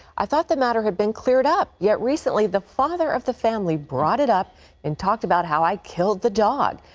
i thought the matter had been cleared up, yet recently the father of the family brought it up and talked about how i killed the dog.